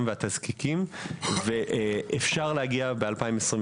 והתזקיקים ואפשר להגיע לשם ב-2029.